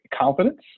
confidence